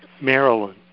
Maryland